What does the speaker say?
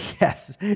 Yes